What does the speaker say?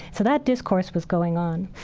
so that discourse was going on.